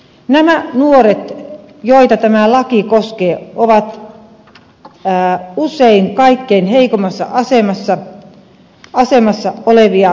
nämä nuoret joita laki koskee ovat usein kaikkein heikoimmassa asemassa olevia nuoria